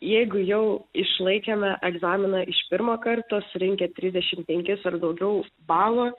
jeigu jau išlaikėme egzaminą iš pirmo karto surinkę trisdešim penkis ar daugiau balų